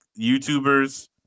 YouTubers